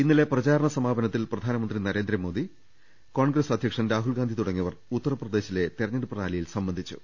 ഇന്നലെ പ്രചാരണ സമാപനത്തിൽ പ്രധാനമന്ത്രി നരേന്ദ്രമോദി കോൺഗ്രസ് അധ്യക്ഷൻ രാഹുൽഗാന്ധി തുടങ്ങിയവർ ഉത്തർപ്ര ദേശിലെ തെരഞ്ഞെടുപ്പ് റാലിയിൽ സംബന്ധിച്ചു